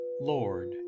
Lord